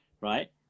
right